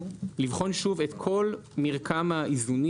את כל מרקם האיזונים.